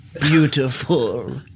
beautiful